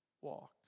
walked